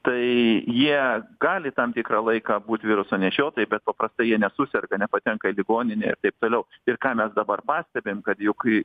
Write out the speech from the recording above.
tai jie gali tam tikrą laiką būt viruso nešiotojai bet paprastai jie nesuserga nepatenka į ligoninę ir taip toliau ir ką mes dabar pastebim kad juk